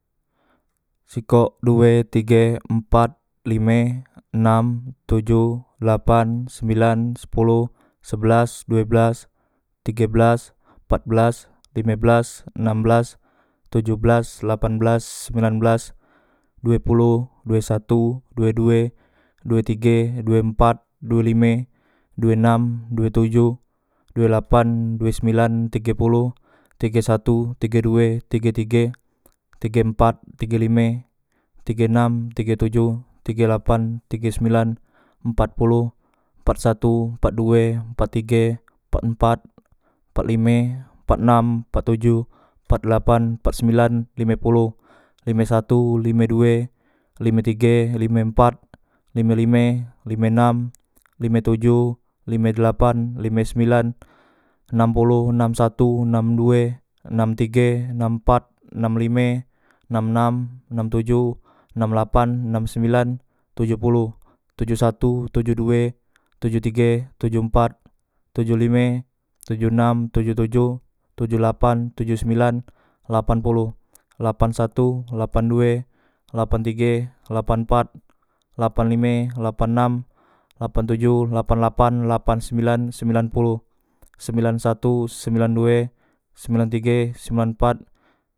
Sikok due tige empat lime enam tojo lapan sembilan sepolo sebalas duebelas tige belas empat belas lime belas enam belas tojo belas lapan belas sembilan due polo due satu due due due tige due empat due lime due enam due tojo due lapan due sembilan tige polo tige satu tige due tige tige tige empat tige lime tige enam tige tojo tige lapan tige sembilan empat polo empat satu empat due empat tige empat empat empat lime empat enam empat tojo empat delapan empat sembilan lime polo lime satu lime due lime tige lime empat lime lime lime enam lime tojo lime delapan lime sembilan, nam polo nam satu nam due nam tige nam pat nam lime nam nam nam tojo nam lapan nam sembilan tojo poloh tojo satu tojo due tojo tige tojo empat tojo lime tojo enam tojo tojo tojo lapan tojo sembilan lapan polo lapan satu lapan due lapan tige lapan pat lapan lime lapan nam lapan tojo lapan lapan lapan sembilan sembilan polo sembilan satu sembilan due sembilan tige sembilan pat